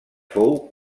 fou